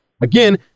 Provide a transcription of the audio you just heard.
Again